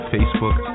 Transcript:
Facebook